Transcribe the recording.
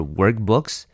workbooks